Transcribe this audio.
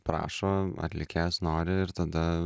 prašo atlikėjas nori ir tada